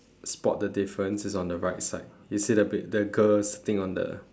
spot the difference is on the right side you see the pic~ that girl sitting on the